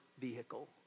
Vehicle